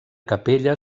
capella